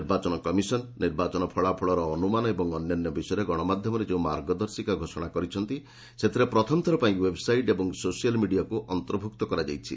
ନିର୍ବାଚନ କମିଶନ ନିର୍ବାଚନ ଫଳାଫଳର ଅନୁମାନ ଏବଂ ଅନ୍ୟାନ୍ୟ ବିଷୟରେ ଗଣମାଧ୍ୟମରେ ଯେଉଁ ମାର୍ଗଦର୍ଶିକା ଘୋଷଣା କରିଛନ୍ତି ସେଥିରେ ପ୍ରଥମଥର ପାଇଁ ଓ୍ୱେବ୍ସାଇଟ୍ ଏବଂ ସୋସିଆଲ୍ ମିଡ଼ିଆକୁ ଅନ୍ତର୍ଭୁକ୍ତ କରାଯାଇଛି